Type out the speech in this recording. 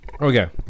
okay